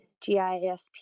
GISP